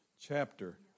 chapter